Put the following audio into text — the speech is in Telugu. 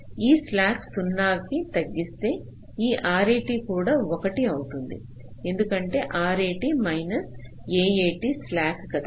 ఈ స్లాక్ 0 కి తగ్గిస్తే ఈ RAT కూడా 1 అవుతుంది ఎందుకంటే RAT మైనస్ AAT స్లాక్ కదా